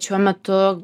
šiuo metu